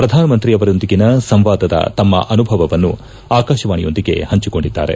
ಪ್ರಧಾನಮಂತ್ರಿಯವರೊಂದಿಗಿನ ಸಂವಾದದ ತಮ್ಮ ಅನುಭವವನ್ನು ಆಕಾಶವಾಣಿಯೊಂದಿಗೆ ಪಂಚಿಕೊಂಡಿದ್ದಾರೆ